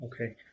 okay